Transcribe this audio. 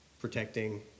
protecting